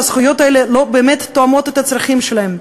הזכויות האלה לא באמת תואמות את הצרכים שלהם.